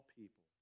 people